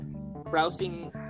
browsing